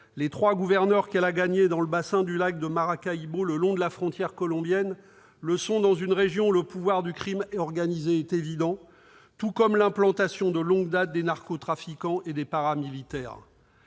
Les trois gouverneurs qu'elle a fait élire dans le bassin du lac de Maracaibo, le long de la frontière colombienne, l'ont été dans une région où le pouvoir du crime organisé est évident, tout comme l'implantation de longue date des narcotrafiquants et des paramilitaires.